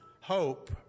hope